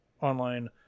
online